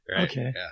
Okay